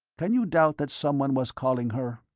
can you doubt that someone was calling her?